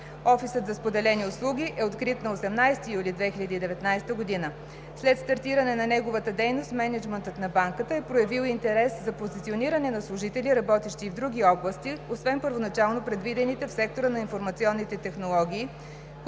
Офисът за споделени услуги е открит на 18 юли 2019 г. След стартиране на неговата дейност мениджмънтът на Банката е проявил интерес за позициониране на служители, работещи и в други области, освен първоначално предвидените в сектора на информационните технологии,